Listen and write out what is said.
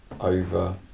over